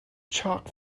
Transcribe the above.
chalk